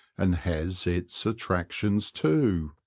and has its attractions too.